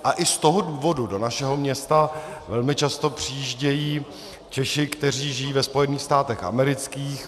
A i z toho důvodu do našeho města velmi často přijíždějí Češi, kteří žijí ve Spojených státech amerických.